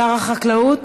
שר החקלאות